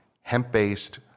hemp-based